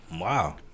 Wow